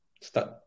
start